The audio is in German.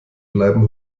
bleiben